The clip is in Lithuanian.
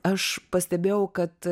aš pastebėjau kad